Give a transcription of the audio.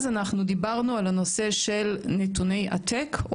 אנחנו דיברנו על הנושא של נתוני עתק,